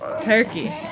turkey